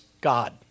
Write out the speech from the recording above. God